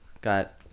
got